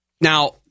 Now